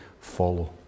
follow